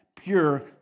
pure